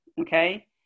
okay